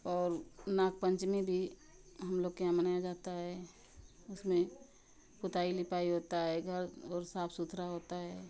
और नागपंचमी भी हम लोग के यहाँ मनाया जाता है उसमें पुताई लिपाई होता है घर और साफ़ सुथरा होता है